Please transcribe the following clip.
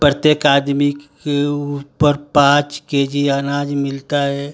प्रत्येक आदमी के ऊपर पाँच के जी अनाज मिलता है